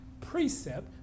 precept